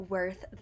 Worth